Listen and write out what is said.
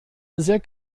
sehr